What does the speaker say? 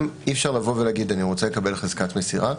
אי אפשר לומר: אני רוצה לקבל חזקת מסירה.